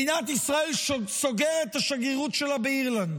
מדינת ישראל סוגרת את השגרירות שלה באירלנד.